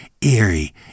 eerie